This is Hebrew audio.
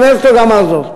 גם הרצוג אמר זאת,